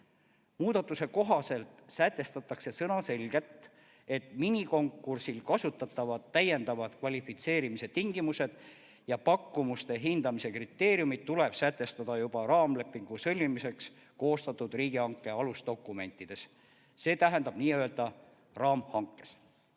Muudatuse kohaselt sätestatakse sõnaselgelt, et minikonkursil kasutatavad täiendavad kvalifitseerimise tingimused ja pakkumuste hindamise kriteeriumid tuleb sätestada juba raamlepingu sõlmimiseks koostatud riigihanke alusdokumentides, st raamhankes.